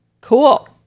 Cool